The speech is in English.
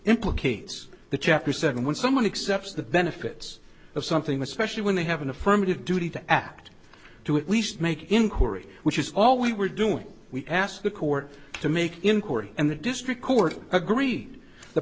implicates the chapter seven when someone accepts the benefits of something especially when they have an affirmative duty to act to at least make inquiry which is all we were doing we asked the court to make inquiry and the district court agreed the